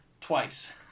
twice